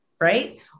right